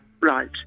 Right